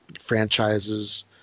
franchise's